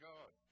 God